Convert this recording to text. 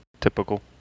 Typical